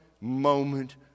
moment